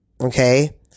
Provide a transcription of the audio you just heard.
okay